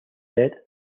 said